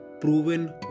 proven